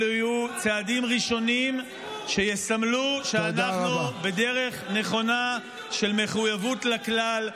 אלו יהיו צעדים ראשונים שיסמלו שאנחנו בדרך נכונה של מחויבות לכלל,